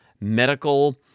Medical